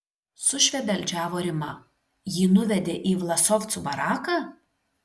sušvebeldžiavo rima jį nuvedė į vlasovcų baraką